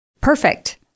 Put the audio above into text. perfect